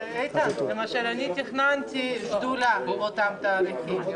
איתן, אני תכננתי שדולה באותם תאריכים.